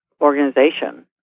organization